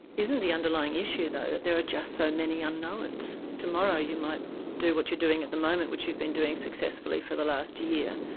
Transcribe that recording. isn't the underlying issue though that there are just so many unknowns? tomorrow you might do what you're doing at the moment which you've been doing successfully for the last year,